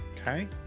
Okay